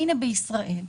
והינה בישראל,